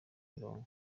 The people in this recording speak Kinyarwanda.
mirongo